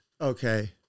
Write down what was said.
Okay